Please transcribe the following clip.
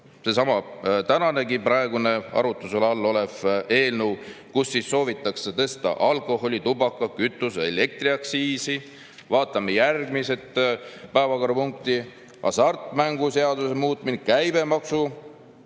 Seesama tänanegi, praegune arutluse all olev eelnõu, kus soovitakse tõsta alkoholi-, tubaka-, kütuse- ja elektriaktsiisi. Vaatame järgmisi päevakorrapunkte: hasartmänguseaduse muutmine, käibemaksumäära